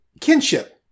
kinship